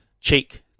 cheek